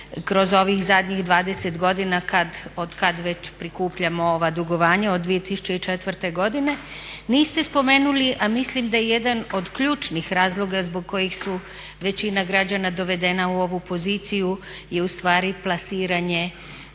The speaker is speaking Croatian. kroz ovih zadnjih 20 godina otkad već prikupljamo ova dugovanja od 2004. godine. Niste spomenuli, a mislim da je jedan od ključnih razloga zbog kojih su većina građana dovedena u ovu poziciju je ustvari plasiranje